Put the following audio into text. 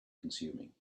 consuming